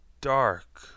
dark